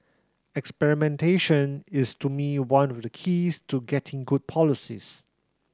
experimentation is to me one of the keys to getting good policies